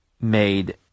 made